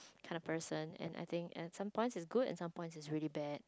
kind of person and I think and some points is good and some points is really bad